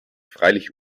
freilich